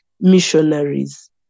missionaries